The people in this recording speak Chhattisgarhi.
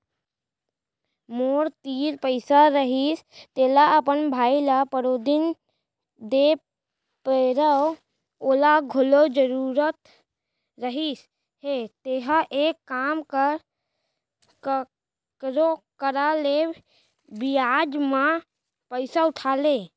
मोर तीर पइसा रहिस तेला अपन भाई ल परोदिन दे परेव ओला घलौ जरूरत रहिस हे तेंहा एक काम कर कखरो करा ले बियाज म पइसा उठा ले